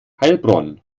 heilbronn